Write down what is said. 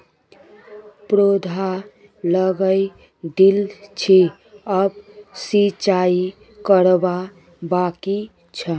पौधा लगइ दिल छि अब सिंचाई करवा बाकी छ